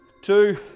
Two